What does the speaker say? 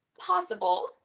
possible